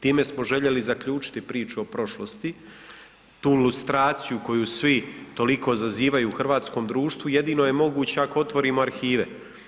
Time smo željeli zaključiti priču o prošlosti, tu lustraciju koju svi toliko zazivaju u hrvatskom društvu jedino je moguće ako otvorimo arhive.